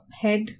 head